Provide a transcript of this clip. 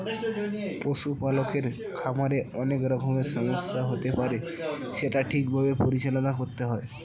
পশু পালকের খামারে অনেক রকমের সমস্যা হতে পারে সেটা ঠিক ভাবে পরিচালনা করতে হয়